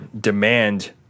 demand